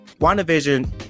WandaVision